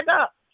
up